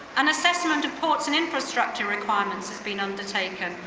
an assessment of ports in infrastructure requirements has been undertaken,